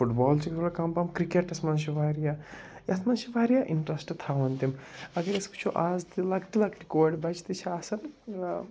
foot بال چھِ تھوڑا کَم پَہَم کِرٛکٮ۪ٹَس منٛز چھِ واریاہ یَتھ منٛز چھِ واریاہ اِنٛٹرٛسٹ تھاوان تِم اگر أسۍ وٕچھو آز تہِ لۄکٹہِ لۄکٹہِ کورِ بچہٕ تہِ چھِ آسان